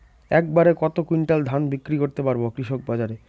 এক বাড়ে কত কুইন্টাল ধান বিক্রি করতে পারবো কৃষক বাজারে?